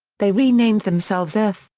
they renamed themselves earth,